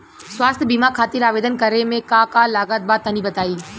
स्वास्थ्य बीमा खातिर आवेदन करे मे का का लागत बा तनि बताई?